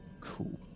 Cool